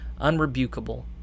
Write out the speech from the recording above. unrebukable